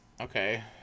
Okay